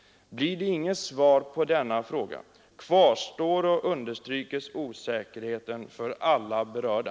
Blir det inget svar på denna fråga, kvarstår och understryks osäkerheten för alla berörda.